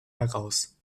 heraus